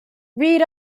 read